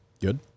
Good